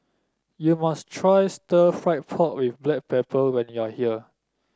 you must try Stir Fried Pork with Black Pepper when you are here